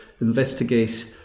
investigate